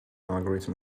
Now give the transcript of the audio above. algorithm